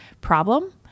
problem